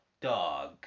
dog